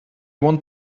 want